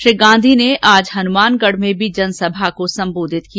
श्री गांधी ने आज हनुमानगढ में भी जनसभा को सम्बोधित किया